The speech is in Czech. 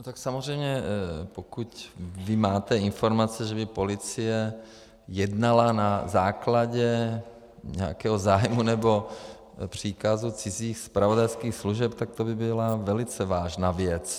No tak samozřejmě pokud vnímáte informace, že by policie jednala na základě nějakého zájmu nebo příkazu cizích zpravodajských služeb, tak to by byla velice vážná věc.